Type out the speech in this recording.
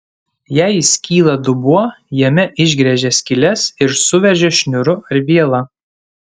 jei įskyla dubuo jame išgręžia skyles ir suveržia šniūru ar viela